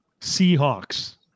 Seahawks